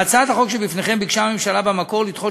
בהצעת החוק שבפניכם ביקשה הממשלה במקור לדחות